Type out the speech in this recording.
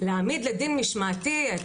להעמיד לדין משמעתי,